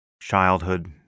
childhood